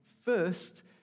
First